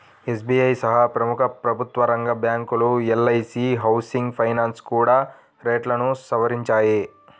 SBI సహా ప్రముఖ ప్రభుత్వరంగ బ్యాంకులు, ఎల్.ఐ.సీ హౌసింగ్ ఫైనాన్స్ కూడా రేట్లను సవరించాయి